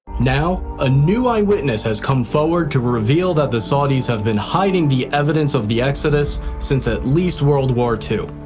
now, a new eyewitness has come forward to reveal that the saudis have been hiding the evidence of the exodus since at least world war ii.